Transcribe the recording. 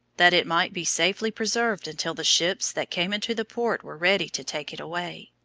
that it might be safely preserved until the ships that came into the port were ready to take it away.